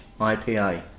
IPA